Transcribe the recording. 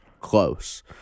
close